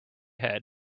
head